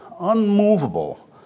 unmovable